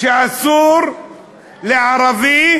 שאסור לערבי